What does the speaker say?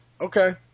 okay